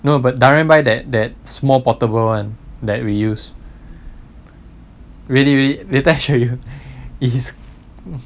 no but darren buy that that small portable [one] that we use really really later I show you is